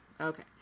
Okay